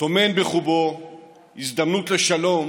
טומן בחובו הזדמנות לשלום